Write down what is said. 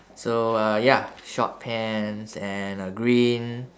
so uh ya short pants and a green